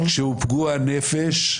כשהוא פגוע נפש,